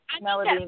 Melody